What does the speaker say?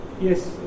yes